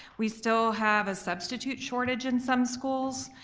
we still have a substitute shortage in some schools.